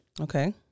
Okay